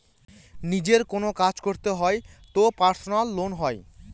নিজের কোনো কাজ করতে হয় তো পার্সোনাল লোন হয়